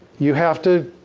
you have to,